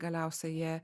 galiausia jie